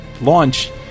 launch